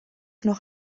noch